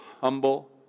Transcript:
humble